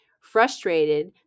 Frustrated